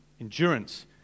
endurance